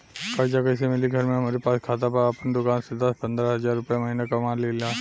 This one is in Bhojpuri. कर्जा कैसे मिली घर में हमरे पास खाता बा आपन दुकानसे दस पंद्रह हज़ार रुपया महीना कमा लीला?